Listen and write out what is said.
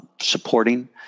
supporting